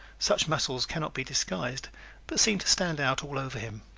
such muscles can not be disguised but seem to stand out all over him.